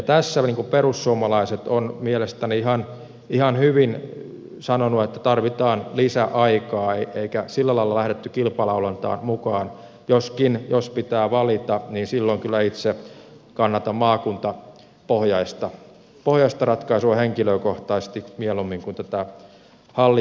tässä perussuomalaiset on mielestäni ihan hyvin sanonut että tarvitaan lisäaikaa emmekä sillä lailla lähteneet kilpalaulantaan mukaan joskin jos pitää valita silloin kyllä itse kannatan maakuntapohjaista ratkaisua henkilökohtaisesti mieluummin kuin tätä hallituksen mallia